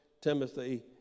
Timothy